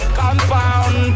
compound